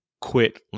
quit